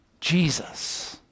Jesus